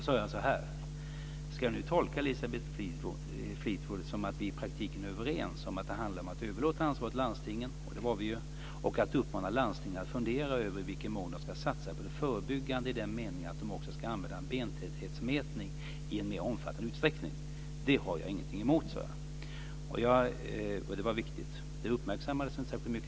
Jag sade då så här: "Ska jag nu tolka Elisabeth Fleetwood som att vi i praktiken är överens om att det handlar om att överlåta ansvaret till landstingen" - och det var vi ju - "och att uppmana landstingen att fundera över i vilken mån de ska satsa på det förebyggande i den meningen att de också ska använda bentäthetsmätning i en mer omfattande utsträckning? Det har jag ingenting emot." Så sade jag, och det var viktigt. Det uppmärksammades inte särskilt mycket.